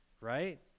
right